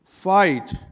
Fight